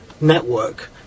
network